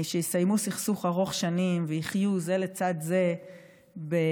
שיסיימו סכסוך ארוך שנים ויחיו זה לצד זה בשלום,